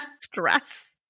stress